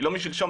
ולא משלשום,